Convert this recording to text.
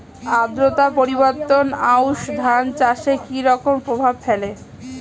আদ্রতা পরিবর্তন আউশ ধান চাষে কি রকম প্রভাব ফেলে?